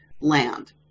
land